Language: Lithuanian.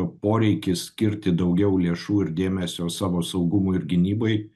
poreikis skirti daugiau lėšų ir dėmesio savo saugumui ir gynybai